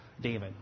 David